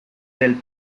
del